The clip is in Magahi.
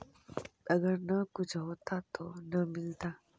अगर न कुछ होता तो न मिलता?